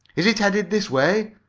is it headed this way?